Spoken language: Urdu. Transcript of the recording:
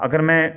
اگر میں